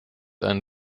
ein